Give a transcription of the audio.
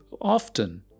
often